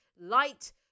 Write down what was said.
light